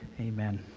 Amen